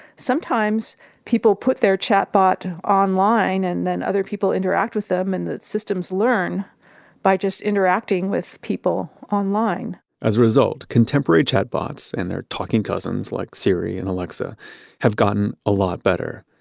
sometimes people put their chatbot online and then other people interact with them, and the systems learn by just interacting with people online as a result, contemporary chatbots and their talking cousins like siri and alexa have gotten a lot better.